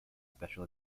special